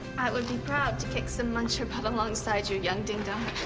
i would be proud to kick some muncher butt alongside you, young dingdong.